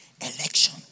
Election